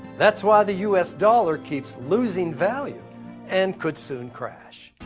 that's why the us dollar keeps losing value and could soon crash.